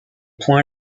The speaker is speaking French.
point